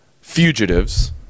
fugitives